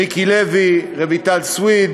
מיקי לוי, רויטל סויד,